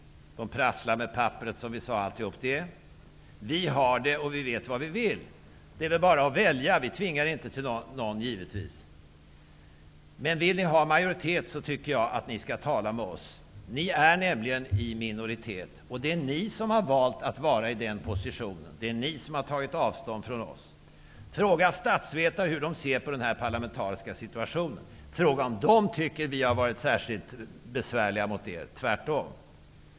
De prasslar med pappret, som vi sade. Vi har ett paket, och vi vet vad vi vill. Det är bara att välja. Vi tvingar givetvis inte någon. Om ni vill ha majoritet för era förslag tycker jag att ni skall tala med oss. Ni är nämligen i minoritet, och det är ni som har valt att vara i den positionen. Det är ni som har tagit avstånd från oss. Fråga statsvetare hur de ser på den parlamentariska situationen! Fråga om de tycker att vi har varit särskilt besvärliga mot er! Det är tvärtom.